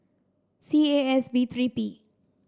C A S V three P